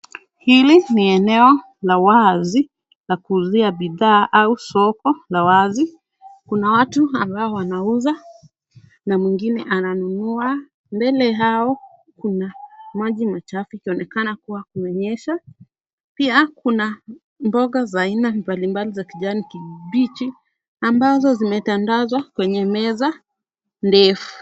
Hili ni eneo la wazi la kuuzia bidhaa au soko la wazi, kuna watu ambao wanauza na mwingine ananunua, mbele yao kuna maji machafu ikionekana kuwa kulinyesha, pia kuna mboga za aina mbalimbali za kijani kibichi ambazo zimetandazwa kwenye meza ndefu.